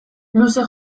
luze